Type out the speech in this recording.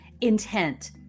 intent